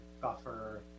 buffer